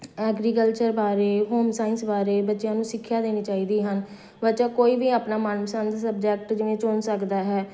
agriculture ਬਾਰੇ home science ਬਾਰੇ ਬੱਚਿਆਂ ਨੂੰ ਸਿੱਖਿਆ ਦੇਣੀ ਚਾਹੀਦੀ ਹਨ ਬੱਚਾ ਕੋਈ ਵੀ ਆਪਣਾ ਮਨਮਸੰਦ ਸਬਜੈਕਟ ਜਿਵੇਂ ਚੁਣ ਸਕਦਾ ਹੈ